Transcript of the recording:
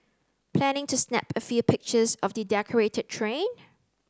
planning to snap a few pictures of the decorated train